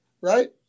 Right